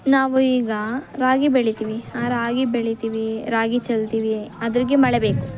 ನಾವು ಈಗ ರಾಗಿ ಬೆಳಿತೀವಿ ಆ ರಾಗಿ ಬೆಳಿತೀವಿ ರಾಗಿ ಚೆಲ್ತೀವಿ ಅದ್ರಾಗೆ ಮಳೆ ಬೇಕು